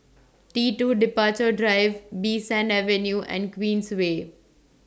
T two Departure Drive Bee San Avenue and Queensway